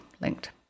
linked